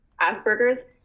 Asperger's